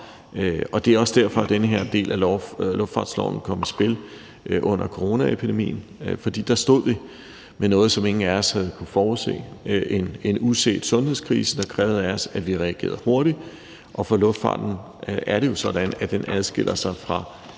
Det var også derfor, at den her del af luftfartsloven kom i spil under coronaepidemien, for der stod vi med noget, som ingen af os havde kunnet forudse, nemlig en uset sundhedskrise, der krævede af os, at vi reagerede hurtigt. For luftfarten er det jo sådan, at den adskiller sig fra